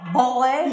boy